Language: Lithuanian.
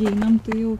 einam tai jau